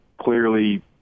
Clearly